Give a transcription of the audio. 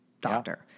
doctor